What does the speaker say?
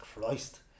Christ